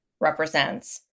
represents